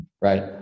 Right